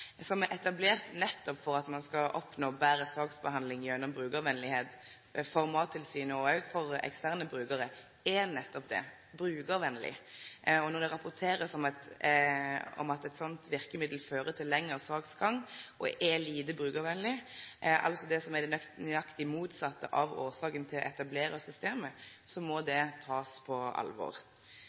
som er etablert nettopp for at ein skal oppnå betre saksbehandling gjennom brukarvenlegheit for Mattilsynet og òg for eksterne brukarar, er nettopp det: brukarvenleg. Når det blir rapportert om at eit slikt verkemiddel fører til lengre saksgang og er lite brukarvenleg, altså til nøyaktig det motsette av det som var hensikta med å etablere systemet, må dette takast på alvor.